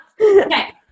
Okay